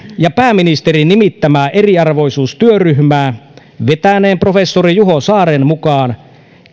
ja pääministerin nimittämää eriarvoisuustyöryhmää vetäneen professori juho saaren mukaan